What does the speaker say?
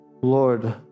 Lord